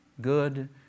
good